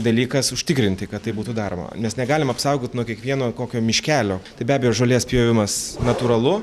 dalykas užtikrinti kad tai būtų daroma nes negalim apsaugot nuo kiekvieno kokio miškelio tai be abejo žolės pjovimas natūralu